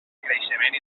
creixement